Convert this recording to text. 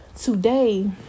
today